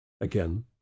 Again